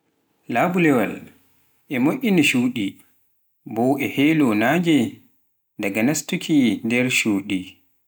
labulewal e wa'ina shuuɗi nbo e heelo nnage daga nnastuki nder shuuɗi